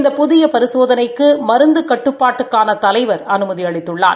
இந்த புதிய பரிசோதனைக்கு மருந்து கட்டுப்பாட்டுக்கான தலைவர் அனுமதி அளித்துள்ளார்